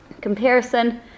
comparison